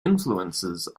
influences